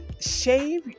shave